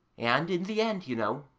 and in the end, you know,